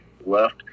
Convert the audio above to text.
left